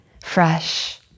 Fresh